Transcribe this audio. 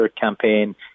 campaign